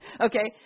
okay